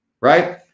right